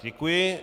Děkuji.